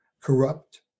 corrupt